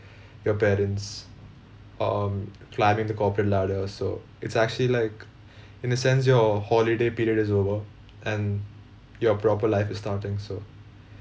your parents um climbing the corporate ladder so it's actually like in a sense your holiday period is over and your proper life is starting so